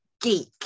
Geek